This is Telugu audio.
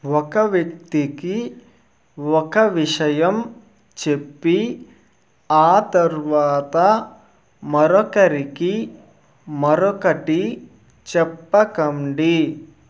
ఒక వ్యక్తికి ఒక విషయం చెప్పి ఆ తర్వాత మరొకరికి మరొకటి చెప్పకండి